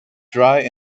dry